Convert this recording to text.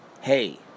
Hey